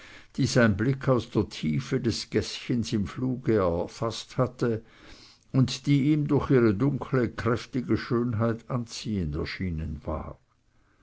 die sein blick aus der tiefe des gäßchens im fluge erfaßt hatte und die ihm durch ihre dunkle kräftige schönheit anziehend erschienen war